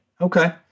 Okay